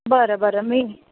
बरं बरं मी